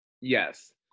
Yes